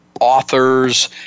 authors